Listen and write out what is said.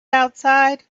outside